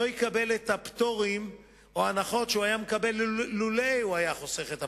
לא יקבל את הפטורים או ההנחות שהוא היה מקבל לולא חסך את הפנסיה.